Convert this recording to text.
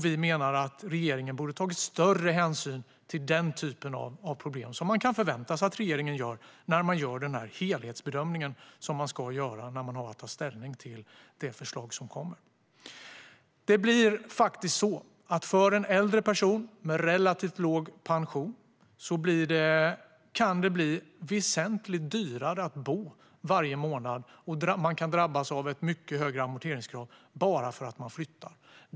Vi menar att regeringen borde ha tagit större hänsyn till denna typ av problem. Det kan vi ju förvänta oss att regeringen gör när man gör den helhetsbedömning som man ska göra när man har att ta ställning till ett förslag. För en äldre person med relativt låg pension kan det bli väsentligt dyrare att bo varje månad, och man kan drabbas av ett mycket högre amorteringskrav bara för att man flyttar.